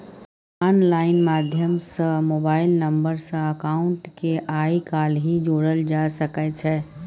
online माध्यम सँ mobile number सँ अकाउंट केँ आइ काल्हि जोरल जा सकै छै